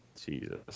Jesus